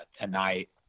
tonight